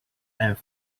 and